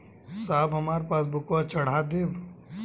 साहब हमार पासबुकवा चढ़ा देब?